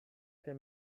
per